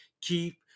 keep